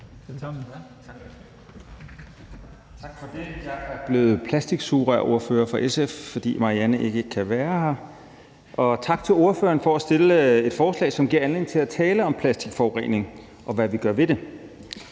Tak for det. Jeg er blevet plastiksugerørsordfører for SF, fordi Marianne Bigum ikke kan være her. Tak til forslagsstillerne for at fremsætte et forslag, som giver anledning til at tale om plastikforurening, og hvad vi gør ved det.